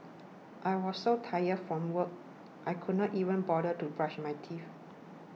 I was so tired from work I could not even bother to brush my teeth